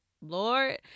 lord